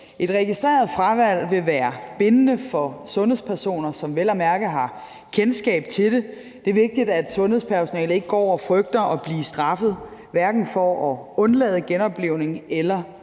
Et registreret fravalg vil være bindende for sundhedspersoner, som vel at mærke har kendskab til det. Det er vigtigt, at sundhedspersonalet ikke går og frygter at blive straffet, hverken for at undlade genoplivning eller